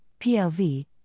PLV